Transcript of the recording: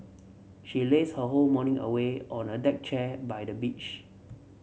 she lazed her whole morning away on a deck chair by the beach